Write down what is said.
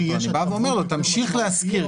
אני לו תמשיך להשכיר.